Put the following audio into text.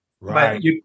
Right